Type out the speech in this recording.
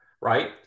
right